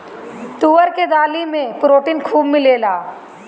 तुअर के दाली में प्रोटीन खूब मिलेला